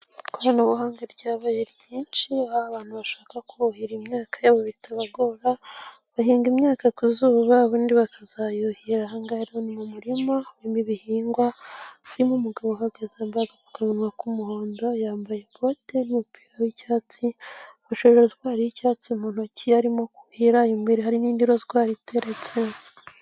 Ikoranabuhanga ryabaye ryinshi aho abantu bashaka kuhira imyaka yabo bitabagora, bahinga imyaka ku zuba ba bundi bakazayuhira, ahangaha rero ni mu murima w'ibihingwa birimo umugabo uhagaze imbaga mu kanwa k'umuhondo yambaye ikote ry'umupira w'icyatsi washo gutwa y'icyatsi mu ntoki arimo guhera imbere hari'indiroswaye iteretse